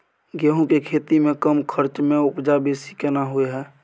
गेहूं के खेती में कम खर्च में उपजा बेसी केना होय है?